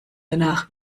danach